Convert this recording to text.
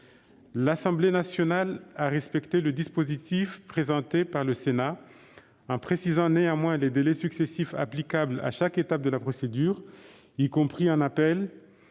L'Assemblée nationale a respecté le dispositif présenté par le Sénat en précisant néanmoins les délais successifs applicables à chaque étape de la procédure, y compris en appel,